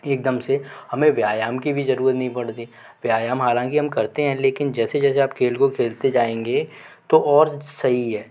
एक दम से हमें व्यायाम की भी रूरत नहीं पड़ती व्यायाम हालांकि हम करते हैं लेकिन जैसे जैसे आप खेल को खेलते जाएंगे तो और सही है